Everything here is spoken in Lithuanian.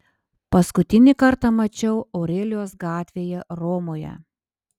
paskutinį kartą mačiau aurelijos gatvėje romoje